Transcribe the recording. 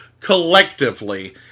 collectively